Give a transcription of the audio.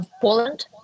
Poland